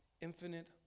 infinite